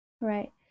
Right